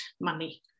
money